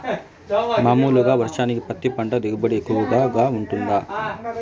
మామూలుగా వర్షానికి పత్తి పంట దిగుబడి ఎక్కువగా గా వుంటుందా?